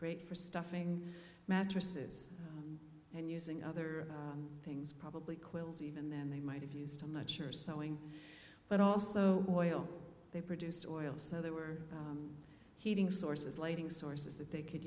great for stuffing mattresses and using other things probably quills even then they might have used i'm not sure sewing but also boiled they produced oil so there were heating sources lighting sources that they could